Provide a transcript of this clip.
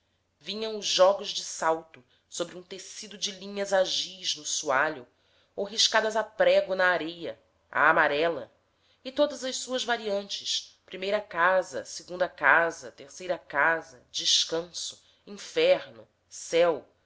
os jogos de salto sobre um tecido de linhas a giz no soalho ou riscadas a prego na areia a amarela e todas as suas variantes primeira casa segunda casa terceira casa descanso inferno céu